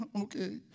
okay